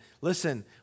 listen